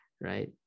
right